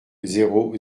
zéro